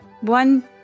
one